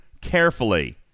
carefully